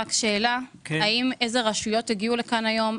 שאלה האם איזה רשויות הגיעו לכאן היום?